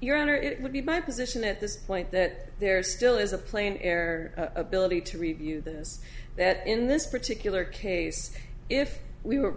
your honor it would be my position at this point that there still is a plain air ability to review this that in this particular case if we were